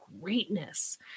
greatness